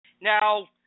Now